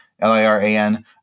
L-I-R-A-N